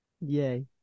Yay